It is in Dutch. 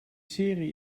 serie